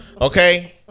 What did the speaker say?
Okay